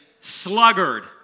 sluggard